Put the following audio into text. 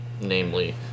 namely